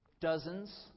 Dozens